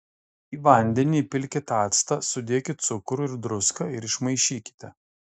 į vandenį įpilkit actą sudėkit cukrų ir druską ir išmaišykite